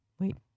Wait